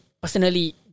personally